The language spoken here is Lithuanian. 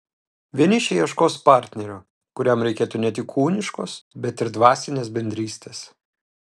vienišiai ieškos partnerio kuriam reikėtų ne tik kūniškos bet ir dvasinės bendrystės